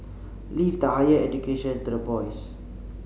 leave the higher education to the boys